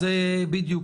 בדיוק.